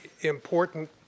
important